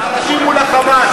חזקים מול עבאס וחלשים מול ה"חמאס".